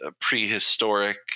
prehistoric